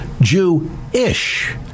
Jew-ish